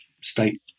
state